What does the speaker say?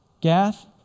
Gath